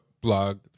blog